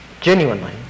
genuinely